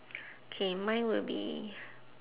K mine will be